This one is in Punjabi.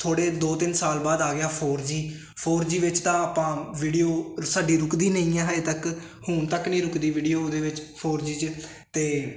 ਥੋੜੇ ਦੋ ਤਿੰਨ ਸਾਲ ਬਾਅਦ ਆ ਗਿਆ four G four G four G ਵਿੱਚ ਤਾਂ ਆਪਾਂ ਵੀਡੀਓ ਸਾਡੀ ਰੁਕਦੀ ਨਹੀਂ ਆ ਹਜੇ ਤੱਕ ਹੁਣ ਤੱਕ ਨਹੀਂ ਰੁਕਦੀ ਵੀਡੀਓ ਉਹਦੇ ਵਿੱਚ ਫੋਰ ਜੀ 'ਚ ਤੇ